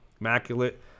Immaculate